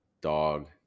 dog